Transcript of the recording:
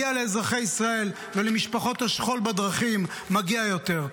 לאזרחי ישראל ולמשפחות השכול בדרכים מגיע יותר.